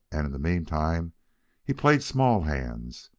and in the meantime he played small hands,